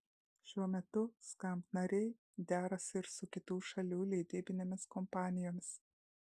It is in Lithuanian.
šiuo metu skamp nariai derasi ir su kitų šalių leidybinėmis kompanijomis